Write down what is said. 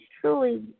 truly